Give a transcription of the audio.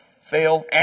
fail